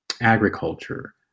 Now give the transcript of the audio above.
agriculture